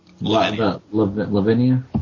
Lavinia